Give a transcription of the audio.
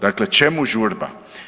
Dakle čemu žurba?